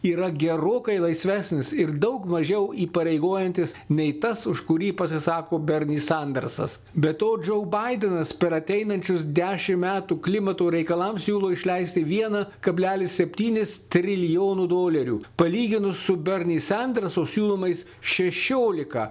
yra gerokai laisvesnis ir daug mažiau įpareigojantis nei tas už kurį pasisako berni sandersas be to džo baidenas per ateinančius dešimt metų klimato reikalams siūlo išleisti vieną kablelis septynis trilijonų dolerių palyginus su berni sanderso siūlomais šešiolika